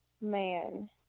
man